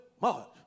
march